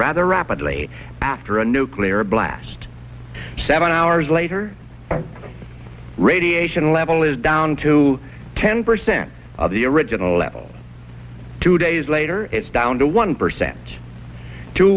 rather rapidly after a nuclear blast seven hours later radiation level is down to ten percent of the original level two days later it's down to one percent two